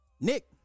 Nick